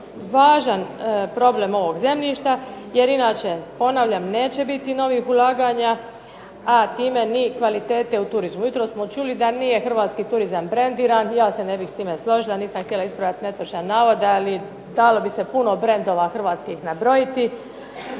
važan problem ovog zemljišta jer inače ponavljam neće biti novih ulaganja a time ni kvalitete u turizmu. Jutros smo čuli da nije hrvatski turizam brendiran. Ja se ne bih s time složila. Nisam htjela ispravljati netočan navod ali dalo bi se puno brendova hrvatskih nabrojiti